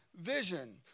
vision